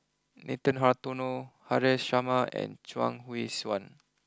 Nathan Hartono Haresh Sharma and Chuang Hui Tsuan